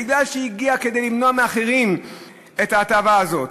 בגלל שהגיעה כדי למנוע מאחרים את ההטבה הזאת,